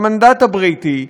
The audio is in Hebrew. המנדט הבריטי,